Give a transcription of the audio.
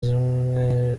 zimwe